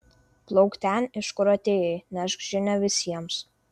plauk ten iš kur atėjai nešk žinią visiems